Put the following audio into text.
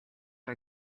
are